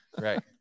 Right